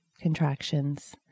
contractions